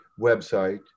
website